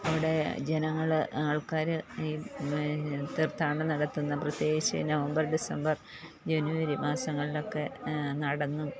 അവിടെ ജനങ്ങള് ആൾക്കാര് ഈ തീർത്ഥാടനം നടത്തുന്ന പ്രത്യേകിച്ച് നവംബർ ഡിസംബർ ജനുവരി മാസങ്ങളില് ഒക്കെ നടന്നും